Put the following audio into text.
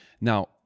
Now